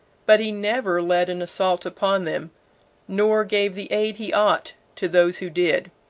but he never led an assault upon them nor gave the aid he ought to those who did.